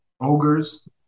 ogres